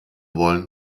wollen